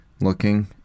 looking